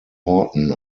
horton